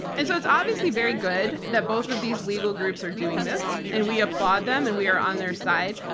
and so it's obviously very good that both of these legal groups are doing this and we applaud them and we are on their side.